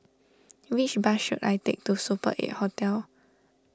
which bus should I take to Super eight Hotel